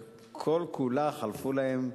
הרי חלפו להם,